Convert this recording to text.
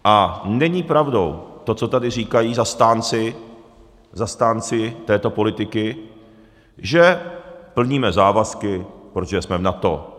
A není pravdou to, co tady říkají zastánci této politiky, že plníme závazky, protože jsme v NATO.